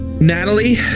Natalie